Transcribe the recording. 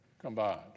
combined